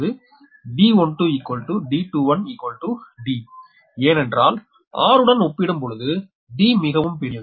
d12 என்பது d12 d21 d ஏனென்றால் r உடன் ஒப்பிடும் பொழுது d மிகவும் பெரியது